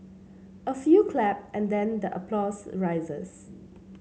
a few clap and then the applause rises